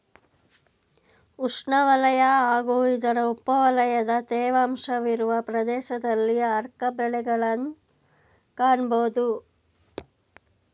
ಉಷ್ಣವಲಯ ಹಾಗೂ ಇದರ ಉಪವಲಯದ ತೇವಾಂಶವಿರುವ ಪ್ರದೇಶದಲ್ಲಿ ಆರ್ಕ ಬೆಳೆಗಳನ್ನ್ ಕಾಣ್ಬೋದು